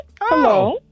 Hello